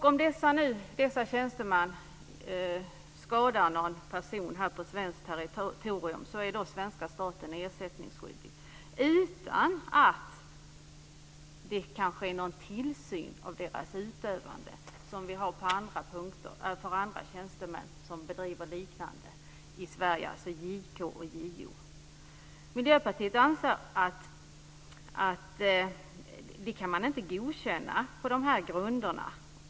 Om dessa tjänstemän skadar någon person på svenskt territorium är svenska staten ersättningsskyldig utan att det kan ske någon tillsyn av deras utövande såsom vi har för andra tjänsteman som bedriver liknande verksamhet i Sverige - JK och JO. Miljöpartiet anser att man inte kan godkänna detta på dessa grunder.